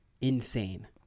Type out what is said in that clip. insane